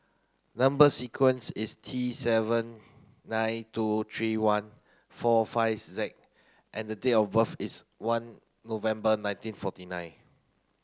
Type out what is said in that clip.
number sequence is T seven nine two three one four five Z and date of birth is one November nineteen forty nine